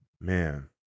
Man